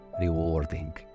rewarding